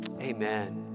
Amen